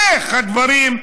איך הדברים,